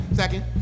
second